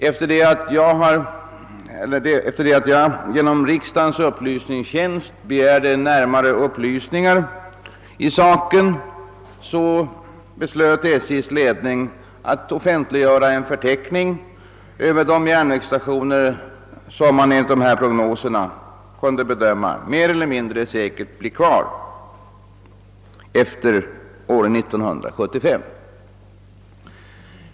Efter det att jag genom riksdagens upplysningstjänst begärt närmare upplysningar i saken, beslöt SJ:s ledning att offentliggöra en förteckning över de järnvägsstationer som, enligt dessa prognoser mer eller mindre säkert kunde bedömas, skulle bli kvar efter år 19735.